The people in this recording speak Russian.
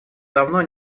давно